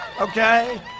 Okay